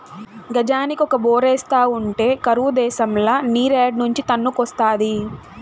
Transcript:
గజానికి ఒక బోరేస్తా ఉంటే కరువు దేశంల నీరేడ్నుంచి తన్నుకొస్తాది